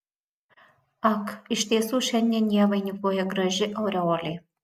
ak iš tiesų šiandien ją vainikuoja graži aureolė